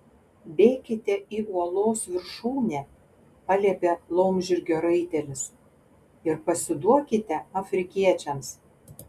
bėkite į uolos viršūnę paliepė laumžirgio raitelis ir pasiduokite afrikiečiams